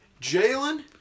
Jalen